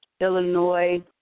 Illinois